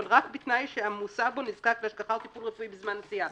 אבל רק בתנאי שהמוסע בו נזקק להשגחה או טיפול רפואי בזמן נסיעה.